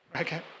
Okay